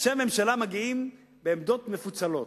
אני אומר שאנשי הממשלה מגיעים בעמדות מפוצלות.